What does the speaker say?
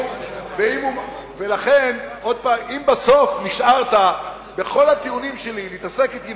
בעוד כ-5.5 מיליון מטר מעוקב מסולקים כשפכים